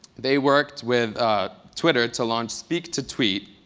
they worked with twitter to launch speak to tweet,